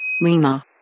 Lima